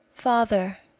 father,